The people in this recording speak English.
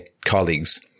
colleagues